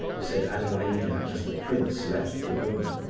said adelaida, as the prince left the room.